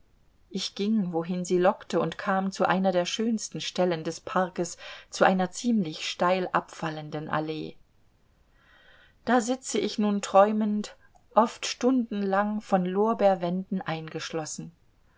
ich ging wohin sie lockte und kam zu einer der schönsten stelle des parkes zu einer ziemlich steil abfallenden allee da sitze ich nun träumend oft stundenlang von lorbeerwänden eingeschlossen